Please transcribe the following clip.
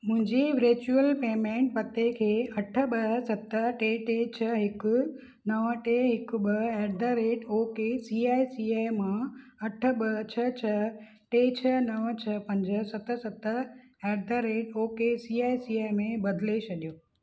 मुंहिंजे virtual payment पते खे अठ ॿ सत टे टे छह हिकु नव टे हिकु ॿ at the rate O K C I C I मां अठ ॿ छह छह टे छह नव छह पंज सत सत at the rate O K C I C I में बदिले छॾियो